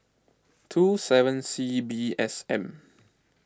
two seven C B S M